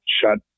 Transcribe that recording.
shut